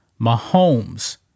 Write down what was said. Mahomes